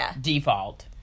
default